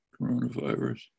coronavirus